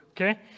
okay